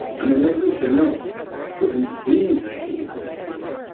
and then everything else that we seem to see in the world,